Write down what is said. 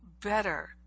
better